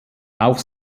auch